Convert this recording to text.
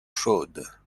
chaudes